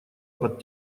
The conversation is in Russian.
под